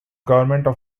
governmental